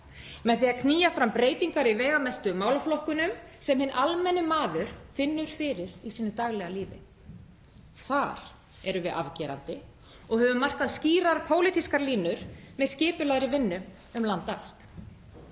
með því að knýja fram breytingar í veigamestu málaflokkunum sem hinn almenni maður finnur fyrir í sínu daglega lífi. Þar erum við afgerandi og höfum markað skýrar pólitískar línur með skipulagðri vinnu um land allt.